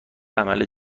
عمل